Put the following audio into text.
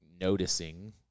noticing